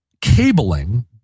cabling